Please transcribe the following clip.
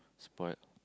spoilt